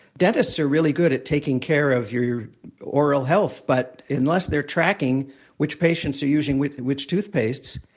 dentists are really good at taking care of your your oral health, but unless they're tracking which patients are using which which toothpastes,